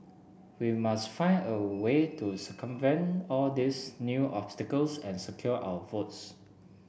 we must find a way to circumvent all these new obstacles and secure our votes